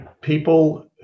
people